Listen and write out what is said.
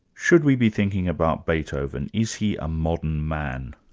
should we be thinking about beethoven? is he a modern man?